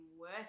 worth